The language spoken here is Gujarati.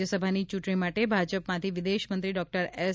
રાજ્યસભાની ચૂંટણી માટે ભાજપમાંથી વિદેશમંત્રી ડૉક્ટર એસ